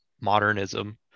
modernism